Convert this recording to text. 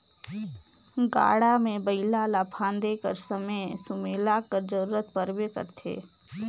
गाड़ा मे बइला ल फादे कर समे सुमेला कर जरूरत परबे करथे